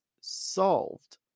solved